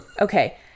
Okay